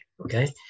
Okay